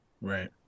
Right